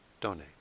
donate